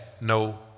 no